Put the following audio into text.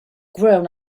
grown